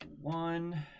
One